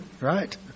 right